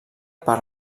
per